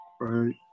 Right